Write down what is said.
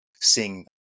Sing